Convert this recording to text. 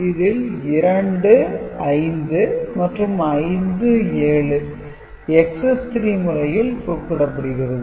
இதில் 2 5 மற்றும் 5 7 Excess - 3 முறையில் குறிப்பிடப்படுகிறது